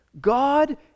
God